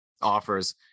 offers